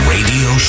Radio